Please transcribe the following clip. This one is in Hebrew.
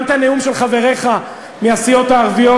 גם את הנאום של חבריך מהסיעות הערביות.